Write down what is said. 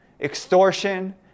extortion